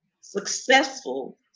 successful